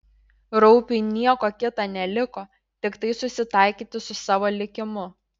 raupiui nieko kita neliko tiktai susitaikyti su savo likimu